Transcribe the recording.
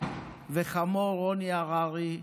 וחמיו רוני הררי,